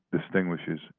distinguishes